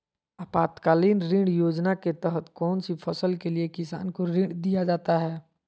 आपातकालीन ऋण योजना के तहत कौन सी फसल के लिए किसान को ऋण दीया जाता है?